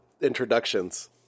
introductions